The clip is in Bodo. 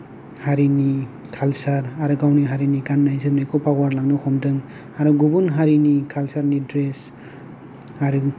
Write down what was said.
हारिनि खाल्सार आरो गावनि हारिनि गाननाय जोमनायखौ बावगारलांनो हमदों आरो गुबुन हारिनि खाल्सारनि ड्रेस आरो